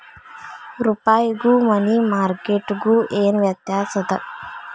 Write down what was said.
ರೂಪಾಯ್ಗು money market ಗು ಏನ್ ವ್ಯತ್ಯಾಸದ